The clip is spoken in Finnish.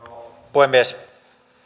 puhemies